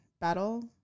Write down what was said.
Battle